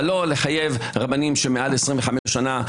אבל לא לחייב רבנים שמעל 25 שנה.